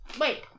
Wait